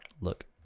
look